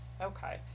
Okay